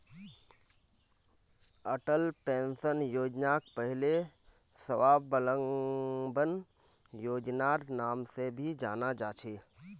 Atal pension योजनाक पहले स्वाबलंबन योजनार नाम से भी जाना जा छे